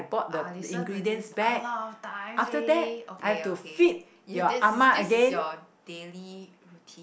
I listen to this a lot of times already okay okay this is this is your daily routine